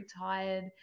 tired